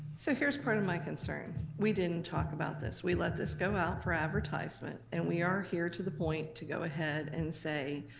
so here's part of my concern. we didn't talk about this. we let this go out for advertisement and we are here to the point to go ahead and say,